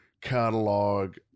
catalog